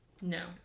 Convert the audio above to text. No